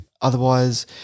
Otherwise